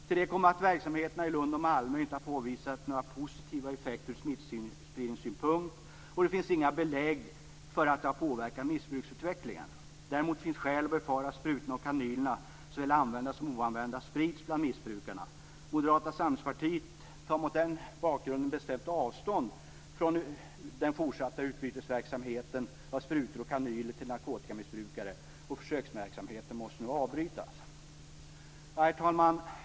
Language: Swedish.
Till detta kommer att verksamheterna i Lund och Malmö inte har påvisat några positiva effekter från smittspridningssynpunkt. Det finns inte heller några belägg för att de har påverkat missbruksutvecklingen. Däremot finns det skäl att befara att sprutorna och kanylerna, såväl använda som oanvända, sprids bland missbrukarna. Moderata samlingspartiet tar mot den bakgrunden bestämt avstånd från fortsatt utbytesverksamhet med sprutor och kanyler till narkotikamissbrukare. Försöksverksamheten måste nu avbrytas. Herr talman!